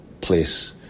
place